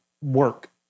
work